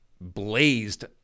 blazed